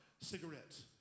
cigarettes